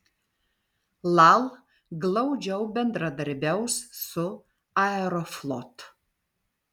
lal glaudžiau bendradarbiaus su aeroflot